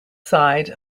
side